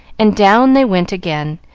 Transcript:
and down they went again,